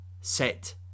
Set